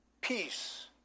peace